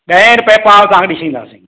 ॾहें रुपये पाव तव्हांखे ॾिसींदासीं